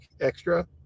extra